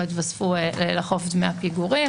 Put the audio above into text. לא יתווספו לחוב דמי הפיגורים.